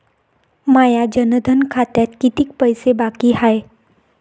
माया जनधन खात्यात कितीक पैसे बाकी हाय?